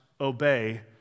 obey